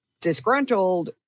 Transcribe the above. disgruntled